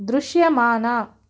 దృశ్యమాన